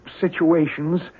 situations